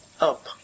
up